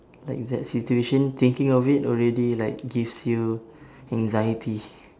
like that situation thinking of it already like gives you anxiety